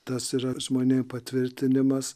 tas yra žmonėm patvirtinimas